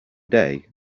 day